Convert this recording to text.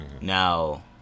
Now